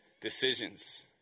decisions